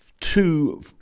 Two